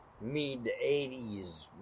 mid-80s